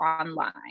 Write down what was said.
online